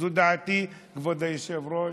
זו דעתי, כבוד היושבת-ראש.